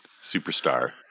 Superstar